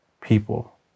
people